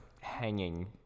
hanging